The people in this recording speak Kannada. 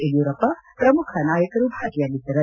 ಯಡಿಯೂರಪ್ಪ ಶ್ರಮುಖ ನಾಯಕರು ಭಾಗಿಯಾಗಿದ್ದಾರೆ